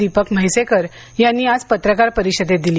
दीपक म्हैसेकर यांनी आज पत्रकार परिषदेत दिली